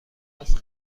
است